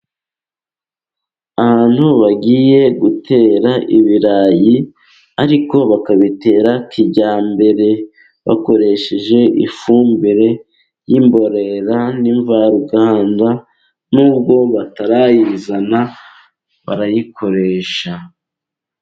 Ahantu bagiye gutera ibirayi ariko bakabitera kijyambere, bakoresheje ifumbire y'imborera n' imvaruganda, nubwo batarayizana barayikoresha.